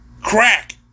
Crack